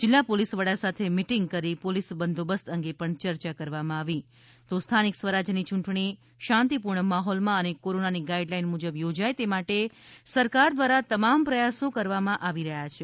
જીલ્લા પોલીસ વડા સાથે મીટીંગ કરી પોલીસ બંદોબસ્ત અંગે પણ ચર્ચા કરવામાં આવી છે તો સ્થાનિક સ્વરાજની ચુંટણી શાંતિપૂર્ણ માહોલમાં અને કોરોનાની ગાઈડલાઈન મુજબ યોજાઈ તે માટે સરકાર દ્વારા તમામ પ્રયાસો કરવામાં આવી રહ્યા છે